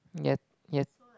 yes yes